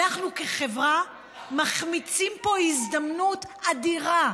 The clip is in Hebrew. אנחנו כחברה מחמיצים פה הזדמנות אדירה,